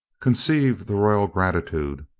conceive the royal gratitude!